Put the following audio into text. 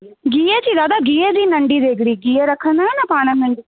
गिह जी दादा गिह जी नंढी देॻिड़ी गिहु रखंदा आहियूं न पाणि हुन में